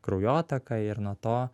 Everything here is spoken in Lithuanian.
kraujotaką ir nuo to